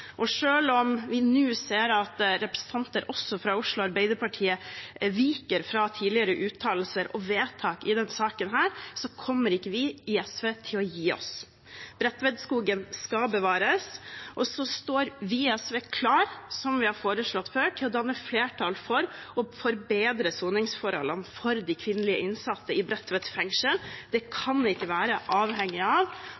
om vi nå ser at representanter også fra Oslo Arbeiderparti viker fra tidligere uttalelser og vedtak i denne saken, kommer ikke vi i SV til å gi oss. Bredtvetskogen skal bevares, og så står vi i SV klare – som vi har foreslått før – til å danne flertall for å forbedre soningsforholdene for de kvinnelige innsatte i Bredtvet fengsel. Det